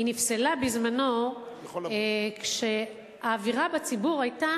היא נפסלה בזמנה כשהאווירה בציבור היתה